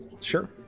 Sure